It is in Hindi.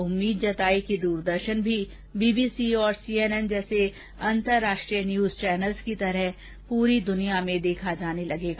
उन्होंने उम्मीद जताई कि दूरदर्शन भी बीबीसी और सीएनएन जैसे अंतर्राष्ट्रीय न्यूज चैनलों की तरह ही दुनिया भर में देखा जाने लगेगा